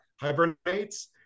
hibernates